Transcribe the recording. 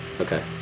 Okay